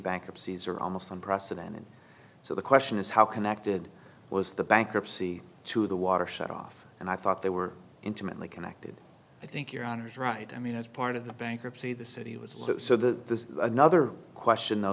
bankruptcies are almost unprecedented so the question is how connected was the bankruptcy to the water shut off and i thought they were intimately connected i think your honor is right i mean as part of the bankruptcy the city was so this is another question though